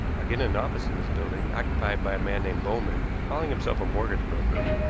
again, an office in this building, occupied by a man named bowman, calling himself a mortgage broker,